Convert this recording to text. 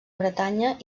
bretanya